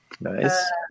Nice